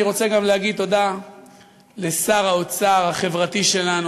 אני רוצה גם להגיד תודה לשר האוצר החברתי שלנו,